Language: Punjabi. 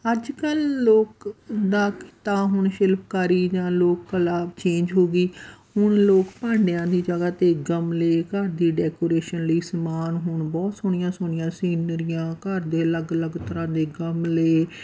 ਅੱਜ ਕੱਲ੍ਹ ਲੋਕ ਦਾ ਕਿੱਤਾ ਹੁਣ ਸ਼ਿਲਪਕਾਰੀ ਜਾਂ ਲੋਕ ਕਲਾ ਚੇਂਜ ਹੋ ਗਈ ਹੁਣ ਲੋਕ ਭਾਂਡਿਆਂ ਦੀ ਜਗ੍ਹਾ 'ਤੇ ਗਮਲੇ ਘਰ ਦੀ ਡੈਕੋਰੇਸ਼ਨ ਲਈ ਸਮਾਨ ਹੁਣ ਬਹੁਤ ਸੋਹਣੀਆਂ ਸੋਹਣੀਆਂ ਸੀਨਰੀਆਂ ਘਰ ਦੇ ਅਲੱਗ ਅਲੱਗ ਤਰ੍ਹਾਂ ਦੇ ਗਮਲੇ